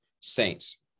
Saints